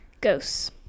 ghosts